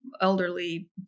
elderly